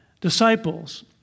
disciples